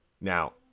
Now